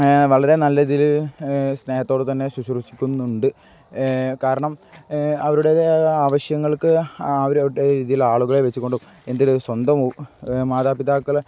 വളരെ നല്ല രീതിയിൽ സ്നേഹത്തോട് തന്നെ ശുശ്രൂഷിക്കുന്നുണ്ട് കാരണം അവരുടെ ആവശ്യങ്ങൾക്ക് അവരുടെ രീതിയിൽ ആളുകളെ വെച്ച് കൊണ്ട് എന്തിന് സ്വന്തം മാതാപിതാക്കളെ